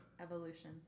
evolution